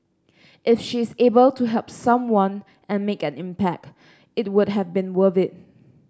if she is able to help someone and make an impact it would have been worth it